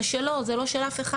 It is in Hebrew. זה שלו זה לא של אף אחד,